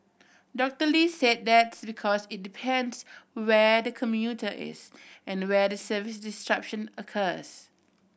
Doctor Lee said that's because it depends where the commuter is and where the service disruption occurs